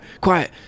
quiet